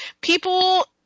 people